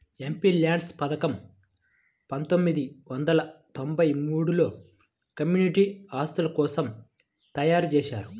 MPLADS పథకం పందొమ్మిది వందల తొంబై మూడులో కమ్యూనిటీ ఆస్తుల కోసం తయ్యారుజేశారు